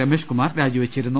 Ramesh Kumar രാജിവെച്ചിരുന്നു